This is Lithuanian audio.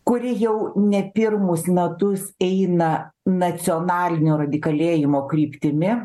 kuri jau ne pirmus metus eina nacionalinio radikalėjimo kryptimi